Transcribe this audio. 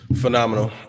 phenomenal